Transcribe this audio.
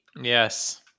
Yes